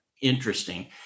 interesting